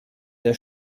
der